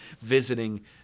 visiting